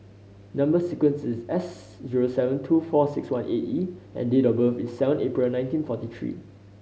number sequence is S zero seven two four six one eight E and date of birth is seven April nineteen forty three